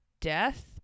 death